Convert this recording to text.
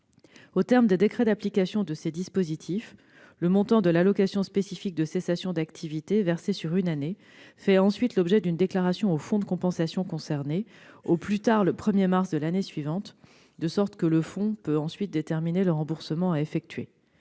Aux termes des décrets d'application de ces dispositifs, le montant de l'allocation spécifique de cessation d'activité versée sur une année fait ensuite l'objet d'une déclaration au fonds de compensation concerné au plus tard le 1 mars de l'année suivante, de sorte que le fonds peut ensuite déterminer le remboursement à effectuer.